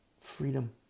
Freedom